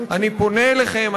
אני פונה אליכם.